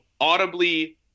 audibly